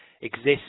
exists